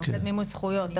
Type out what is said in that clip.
זה מוקד מימוש זכויות,